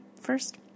first